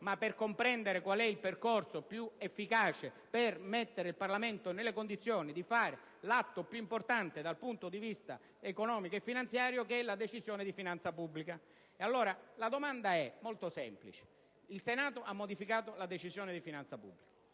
ma per comprendere quale fosse il percorso più efficace per mettere il Parlamento nelle condizioni di esprimere l'atto più importante dal punto di vista economico e finanziario che è la Decisione di finanza pubblica. Il Senato ha modificato la Decisione di finanza pubblica;